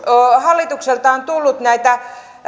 hallitukselta on tullut näitä